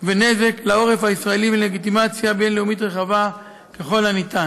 ונזק לעורף הישראלי ועם לגיטימציה בין-לאומית רחבה ככל האפשר.